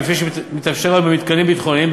כפי שמתאפשר במתקנים ביטחוניים.